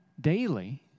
daily